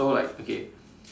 so like okay